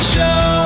Show